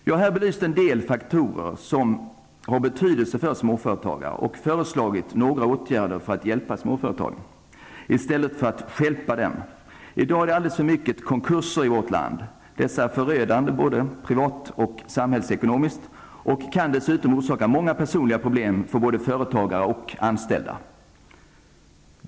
Jag har här belyst en del faktorer som har betydelse för småföretagare och föreslagit några åtgärder för att hjälpa småföretagen i stället för att stjälpa dem. I dag är det alldeles för många konkurser i vårt land. Dessa är förödande både privat och samhällsekonomiskt. De kan dessutom orsaka många personliga problem för både företagare och anställda.